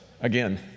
again